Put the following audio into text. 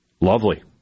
Lovely